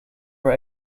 are